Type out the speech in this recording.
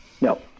No